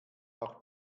auch